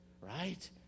Right